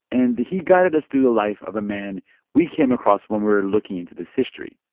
and he guided us through the life of a man we came across when we were looking into this history,